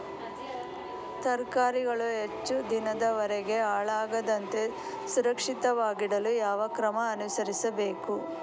ತರಕಾರಿಗಳು ಹೆಚ್ಚು ದಿನದವರೆಗೆ ಹಾಳಾಗದಂತೆ ಸುರಕ್ಷಿತವಾಗಿಡಲು ಯಾವ ಕ್ರಮ ಅನುಸರಿಸಬೇಕು?